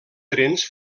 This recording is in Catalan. trens